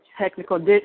technical